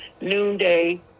Noonday